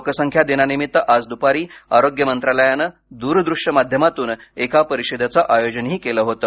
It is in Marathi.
लोकसंख्या दिनानिमित्त आज दुपारी आरोग्य मंत्रालयानं द्रदृष्य माध्यमातून एका परिषदेचंही आयोजनही केलं होतं